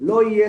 לא יהיה,